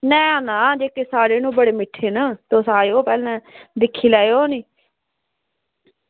ना ना जेह्के साढ़े न ओह् बड़े मिट्ठे न ते खाई लैयो ते दिक्खी लैयो नी